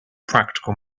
practical